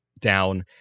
down